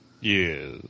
Yes